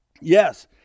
yes